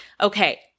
Okay